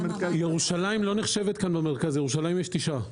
ירושלים לא נחשבת כאן למרכז, בירושלים יש תשעה.